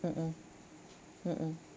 mmhmm mmhmm